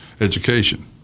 education